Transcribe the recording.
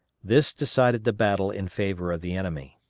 this decided the battle in favor of the enemy.